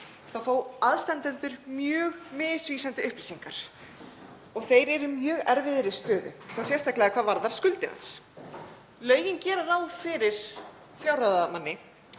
fá aðstandendur mjög misvísandi upplýsingar. Þeir eru í mjög erfiðri stöðu og þá sérstaklega hvað varðar skuldir hans. Lögin gera ráð fyrir fjárráðamanni